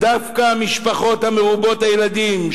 דווקא המשפחות מרובות הילדים,